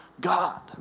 God